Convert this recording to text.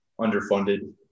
underfunded